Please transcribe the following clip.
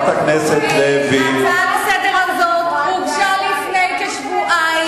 ההצעה הזאת לסדר-היום הוגשה לפני כשבועיים.